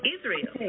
Israel